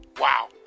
Wow